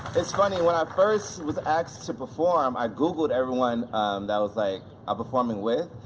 it's funny, when i first was asked to perform, i google'd everyone that was like i'm performing with,